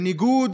בניגוד